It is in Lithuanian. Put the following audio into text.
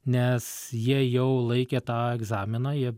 nes jie jau laikė tą egzaminą jie